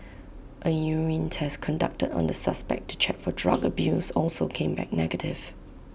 A urine test conducted on the suspect to check for drug abuse also came back negative